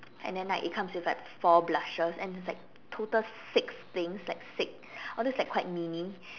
and then like it comes with like four blushes and it's like it's total six things like six although it's like quite mini